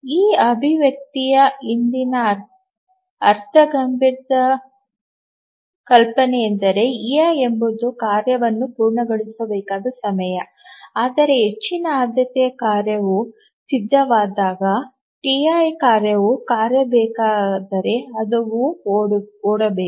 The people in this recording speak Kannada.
ಈ ಅಭಿವ್ಯಕ್ತಿಯ ಹಿಂದಿನ ಅರ್ಥಗರ್ಭಿತ ಕಲ್ಪನೆಯೆಂದರೆ ei ಎಂಬುದು ಕಾರ್ಯವನ್ನು ಪೂರ್ಣಗೊಳಿಸಬೇಕಾದ ಸಮಯ ಆದರೆ ಹೆಚ್ಚಿನ ಆದ್ಯತೆಯ ಕಾರ್ಯಗಳು ಸಿದ್ಧವಾದಾಗ Ti ಕಾರ್ಯವು ಕಾಯಬೇಕಾದರೆ ಅವು ಓಡಬೇಕು